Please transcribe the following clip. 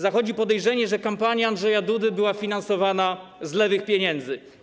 Zachodzi podejrzenie, że kampania Andrzeja Dudy była finansowana z lewych pieniędzy.